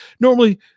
normally